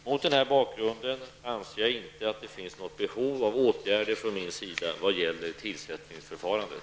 Mot den här bakgrunden anser jag inte att det finns något behov av åtgärder från min sida vad gäller tillsättningsförfarandet.